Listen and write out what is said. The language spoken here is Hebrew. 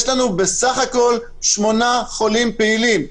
יש לנו בסך הכול שמונה חולים פעילים.